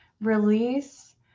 release